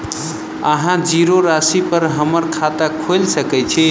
अहाँ जीरो राशि पर हम्मर खाता खोइल सकै छी?